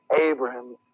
Abraham